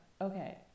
okay